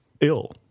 ill